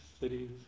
cities